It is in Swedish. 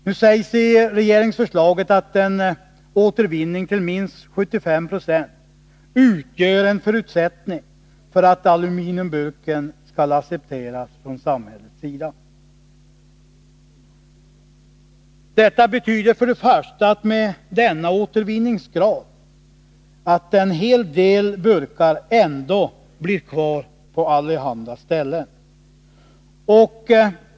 Nu sägs i regeringsförslaget att enåtervinning till minst 75 96 utgör en förutsättning för att aluminiumburken skall accepteras från samhällets sida. För det första: Denna återvinningsgrad betyder att en hel del burkar ändå blir kvar på allehanda ställen.